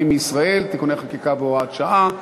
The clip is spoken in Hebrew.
מישראל (תיקוני חקיקה והוראות שעה),